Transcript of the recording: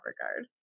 regard